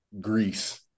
greece